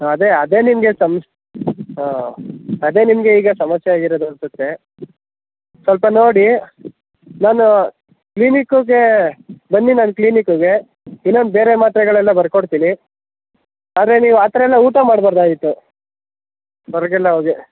ಹಾಂ ಅದೇ ಅದೇ ನಿಮಗೆ ಸಮ್ಸ್ ಹಾಂ ಅದೆ ನಿಮಗೆ ಈಗ ಸಮಸ್ಯೆ ಆಗಿರೋದು ಅನ್ಸುತ್ತೆ ಸ್ವಲ್ಪ ನೋಡಿ ನಾನು ಕ್ಲಿನಿಕ್ಕುಗೆ ಬನ್ನಿ ನನ್ನ ಕ್ಲಿನಿಕ್ಕುಗೆ ಇನೊಂದು ಬೇರೆ ಮಾತ್ರೆಗಳೆಲ್ಲ ಬರ್ಕೊಡ್ತಿನಿ ಅರೇ ನೀವು ಆ ಥರ ಎಲ್ಲ ಊಟ ಮಾಡಬಾರ್ದಾಗಿತ್ತು ಹೊರಗೆಲ್ಲ ಹೋಗಿ